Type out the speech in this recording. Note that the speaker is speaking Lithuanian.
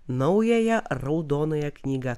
naująją raudonąją knygą